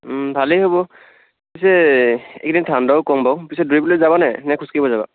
ভালেই হ'ব পিছে এইকেইদিন ঠাণ্ডাও কম বাৰু পিছে দৌৰিবলৈ যাবা নে খোজকাঢ়িবলৈ যাবা